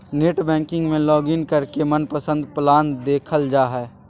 net banking में login करके मनपसंद प्लान देखल जा हय